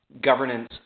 governance